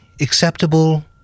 acceptable